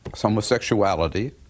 homosexuality